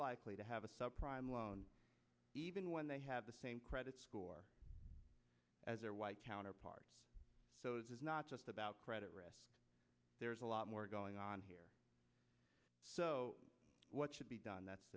likely to have a sub prime loan even when they have the same credit score as their white counterparts so this is not just about credit risk there is a lot more going on here so what should be done that's